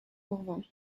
morvan